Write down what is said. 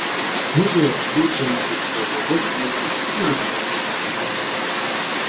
knygoje atskleidžiama kaip kgb smelkėsi į visas gyvenimo sritis